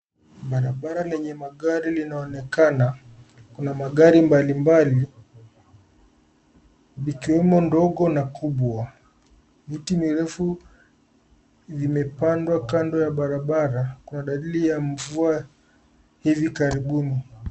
Barabara lenye magari linaonekana. Kuna magari mbalimbali likiwemo ndogo na kubwa. Miti mirefu imepandwa kando ya barabara kwa dalili ya mvua hivi karibuni.